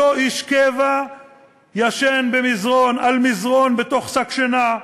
אותו איש קבע ישן על מזרן בתוך שק שינה,